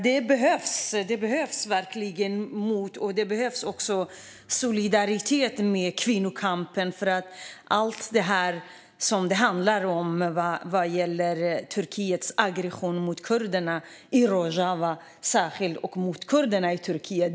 Det behövs verkligen mod och solidaritet med kvinnokampen vad gäller Turkiets aggression mot kurderna särskilt i Rojava och mot kurderna i Turkiet.